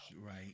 Right